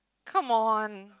come on